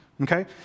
okay